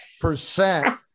percent